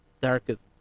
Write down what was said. darkest